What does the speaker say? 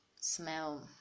smell